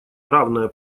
равное